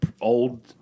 old